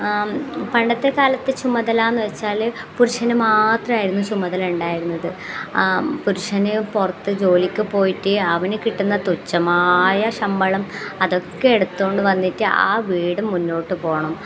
ആ പണ്ടത്തെ കാലത്ത് ചുമതലാന്ന് വെച്ചാൽ പുരുഷന് മാത്രം ആയിരുന്നു ചുമതല ഉണ്ടായിരുന്നത് പുരുഷന് പുറത്ത് ജോലിക്ക് പോയിട്ട് അവന് കിട്ടുന്ന തുച്ഛമായ ശമ്പളം അതൊക്കെ എടുത്തോണ്ട് വന്നിട്ട് ആ വീട് മുന്നോട്ട് പോകണം